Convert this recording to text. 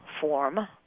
form